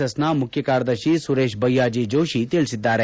S ನ ಮುಖ್ಯ ಕಾರ್ಯದರ್ಶಿ ಸುರೇಶ್ ಬೈಯ್ಯಾಜಿ ಜೋಶಿ ತಿಳಿಸಿದ್ದಾರೆ